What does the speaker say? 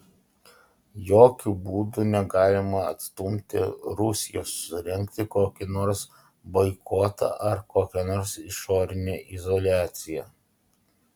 jokiu būdu negalima atstumti rusijos surengti kokį nors boikotą ar kokią nors išorinę izoliaciją